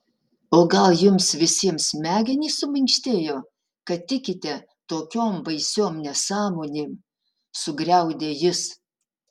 o gal jums visiems smegenys suminkštėjo kad tikite tokiom baisiom nesąmonėm sugriaudė jis